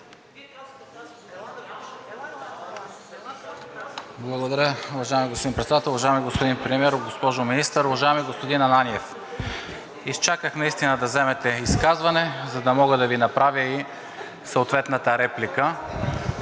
Благодаря, уважаеми господин Председател. Уважаеми господин Премиер, госпожо Министър! Уважаеми господин Ананиев, изчаках наистина да вземете изказване, за да мога да Ви направя и съответната реплика.